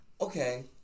Okay